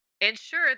ensure